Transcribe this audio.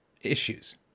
issues